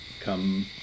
come